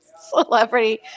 celebrity